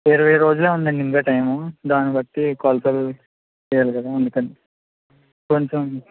ఇరవై రోజులే ఉందండి ఇంకా టైము దాని బట్టి కొలతలు తీయాలి కదా అందుకని కొంచెం